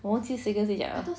我忘记谁跟谁讲了